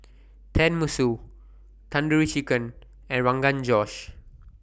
Tenmusu Tandoori Chicken and Rogan Josh